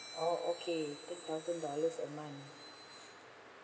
oh okay ten thousand dollars a month